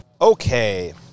Okay